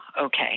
okay